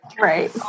Right